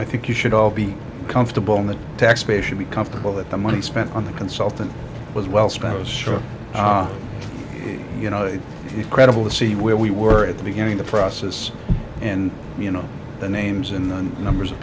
i think you should all be comfortable in the taxpayer should be comfortable that the money spent on the consultant was well spent was sure you know incredible to see where we were at the beginning the process and you know the names in the numbers of